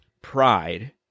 pride